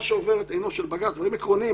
מה שעובר את עינו של בג"ץ, דברים עקרוניים.